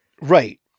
right